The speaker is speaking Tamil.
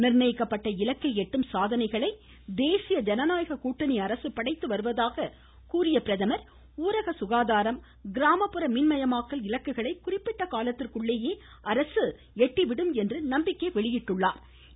நிர்ணயிக்கப்பட்ட இலக்கை எட்டும் சாதனைகளை தேசிய ஐனநாயக கூட்டணி அரசு படைத்து வருவதாக கூறிய பிரதமர் ஊரக சுகாதாரம் கிராமப்புற மின்மயமாக்கல் இலக்குகளை குறிப்பிட்ட காலத்திற்குள்ளேயே அரசு எட்டிவிடும் என நம்பிக்கை தெரிவித்தார்